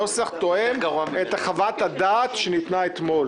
הנוסח תואם את חוות הדעת שניתנה אתמול.